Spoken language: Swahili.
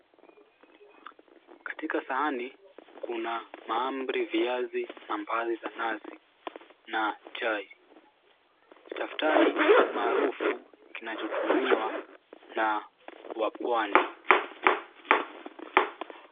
Katika sahani kuna mahamri, viazi, na mbaazi za nazi na chai. Staftahi maarufu kinachotumiwa na wapwani.